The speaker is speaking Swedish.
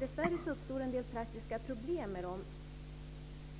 Dessvärre uppstår en del praktiska problem med dessa,